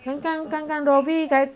刚刚刚刚 dobbie 才